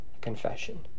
confession